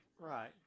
Right